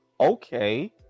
Okay